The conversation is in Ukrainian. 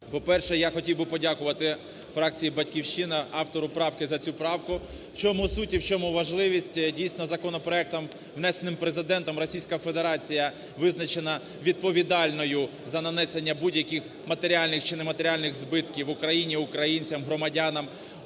По-перше, я хотів би подякувати фракції "Батьківщина", автору правки за цю правку. В чому суть і в чому важливість. Дійсно, законопроектом внесеним Президентом, Російська Федерація визначена відповідальною за нанесення будь-яких матеріальних чи нематеріальних збитків Україні, українцям, громадянам,